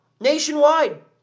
Nationwide